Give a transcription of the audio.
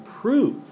prove